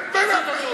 אתה טועה.